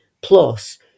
Plus